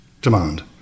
demand